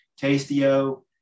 Tastio